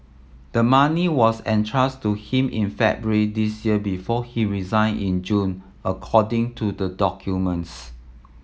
the money was entrusted to him in February this year before he resigned in June according to the documents